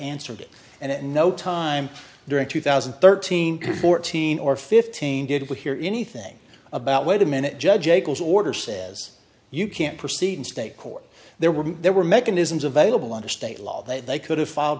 answered it and at no time during two thousand and thirteen or fourteen or fifteen did we hear anything about wait a minute judge eckels order says you can't proceed in state court there were there were mechanisms available under state law that they could have f